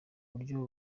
buryo